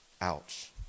Ouch